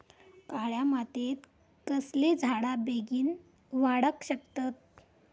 काळ्या मातयेत कसले झाडा बेगीन वाडाक शकतत?